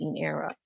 era